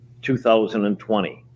2020